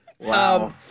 Wow